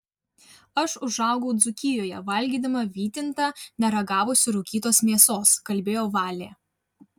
aš užaugau dzūkijoje valgydama vytintą neragavusi rūkytos mėsos kalbėjo valė